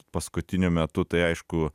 paskutiniu metu tai aišku